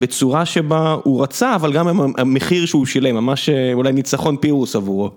בצורה שבה הוא רצה אבל גם המחיר שהוא שילם ממש אולי ניצחון פירוס עבורו.